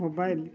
mobile